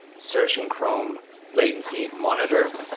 search in chrome latency monitor.